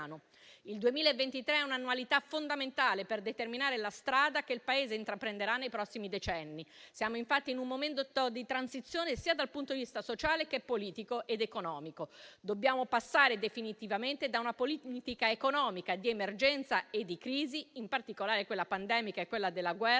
Il 2023 è una annualità fondamentale per determinare la strada che il Paese intraprenderà nei prossimi decenni. Siamo infatti in un momento di transizione, sia dal punto di vista sociale che politico ed economico. Dobbiamo passare definitivamente da una politica economica di emergenza e di crisi, in particolare quella pandemica e quella della guerra